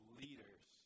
leaders